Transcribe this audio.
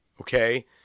okay